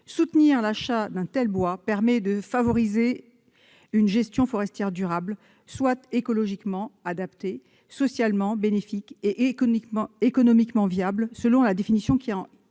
Soutenir l'achat d'un tel bois permet de favoriser une gestion forestière durable, c'est-à-dire écologiquement adaptée, socialement bénéfique et économiquement viable, selon la définition qui en